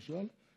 למשל,